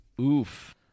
oof